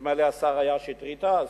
נדמה לי השר היה שטרית אז.